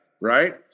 right